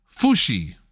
Fushi